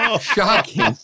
Shocking